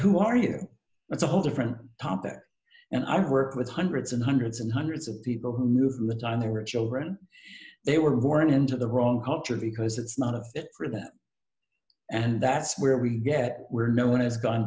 who are you that's a whole different topic and i worked with hundreds and hundreds and hundreds of people movement and they were children they were born into the wrong culture because it's not for them and that's where we get where no one has gone